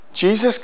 Jesus